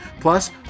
Plus